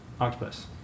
octopus